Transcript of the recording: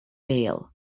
vale